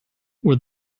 were